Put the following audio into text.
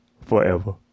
forever